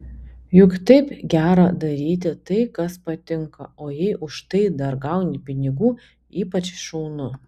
juk taip gera daryti tai kas patinka o jei už tai dar gauni pinigų ypač šaunu